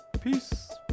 Peace